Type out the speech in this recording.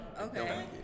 Okay